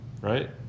right